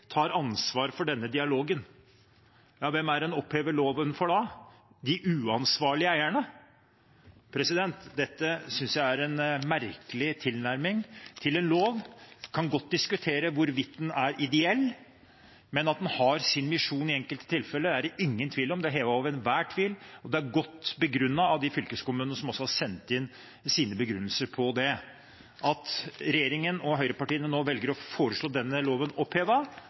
tar ansvar for denne dialogen. Ja, hvem er det en opphever loven for da? De uansvarlige eierne? Dette synes jeg er en merkelig tilnærming til en lov. En kan godt diskutere hvorvidt den er ideell, men at den har sin misjon i enkelte tilfeller, er det ingen tvil om, det er hevet over enhver tvil, og det er godt begrunnet av de fylkeskommunene som har sendt inn sine begrunnelser for det. At regjeringen og høyrepartiene nå velger å foreslå denne loven